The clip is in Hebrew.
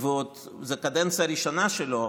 וזאת קדנציה ראשונה שלו,